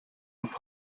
auf